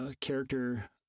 character